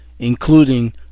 including